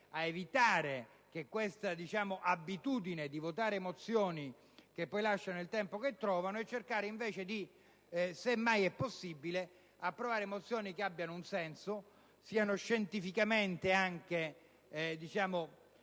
evitare questa abitudine di votare mozioni che poi lasciano il tempo che trovano e cercare invece, ove possibile, di approvare mozioni che abbiano un senso, che scientificamente abbiano